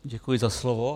Děkuji za slovo.